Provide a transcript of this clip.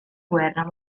guerra